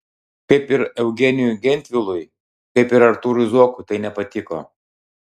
kaip ir eugenijui gentvilui kaip ir artūrui zuokui tai nepatiko